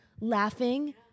laughing